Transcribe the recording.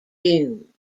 doom